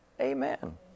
Amen